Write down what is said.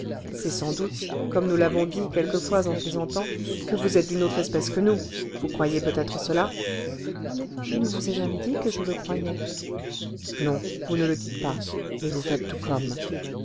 c'est sans doute comme nous l'avons dit quelquefois en plaisantant que vous êtes d'une autre espèce que nous vous croyez peut-être cela je ne vous ai jamais dit que je le croyais non vous ne le dites pas mais vous faites tout comme